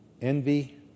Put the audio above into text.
envy